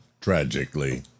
tragically